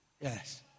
Yes